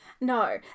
no